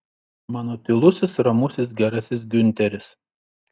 mano tylusis ramusis gerasis giunteris